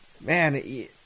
man